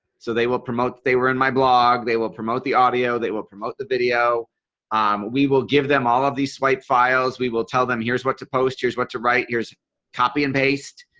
so they will promote. they were in my blog. they will promote the audio they will promote the video um we will give them all of these swipe files. we will tell them here's what to post here's what to write is copy and paste.